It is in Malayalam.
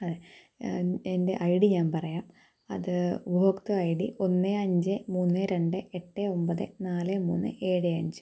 അതെ എൻ്റെ ഐ ഡി ഞാൻ പറയാം അത് ഉപഭോക്തൃ ഐ ഡി ഒന്ന് അഞ്ച് മൂന്ന് രണ്ട് എട്ട് ഒമ്പത് നാല് മൂന്ന് ഏഴ് അഞ്ച്